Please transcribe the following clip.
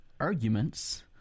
Arguments